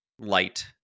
light